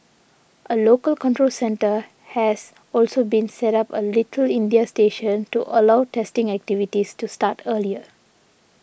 a local control centre has also been set up a Little India station to allow testing activities to start earlier